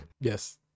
Yes